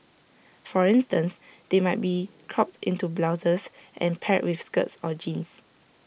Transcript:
for instance they might be cropped into blouses and paired with skirts or jeans